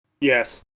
Yes